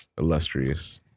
illustrious